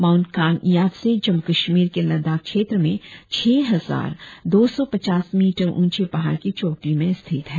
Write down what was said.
Mount Kang Yatse Jammu Kashmir के लद्दाख क्षेत्र में छह हजार दो सौ पचास मिटर उंचे पहाड़ की चोटी में स्थित है